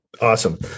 Awesome